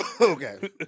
Okay